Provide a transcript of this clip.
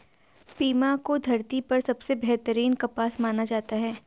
Pima को धरती पर सबसे बेहतरीन कपास माना जाता है